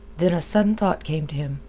then a sudden thought came to him.